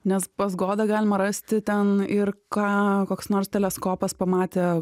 nes pas godą galima rasti ten ir ką koks nors teleskopas pamatė